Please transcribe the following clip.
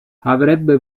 avrebbe